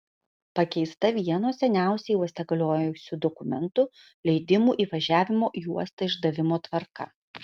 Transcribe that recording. pakeista vieno seniausiai uoste galiojusių dokumentų leidimų įvažiavimo į uostą išdavimo tvarka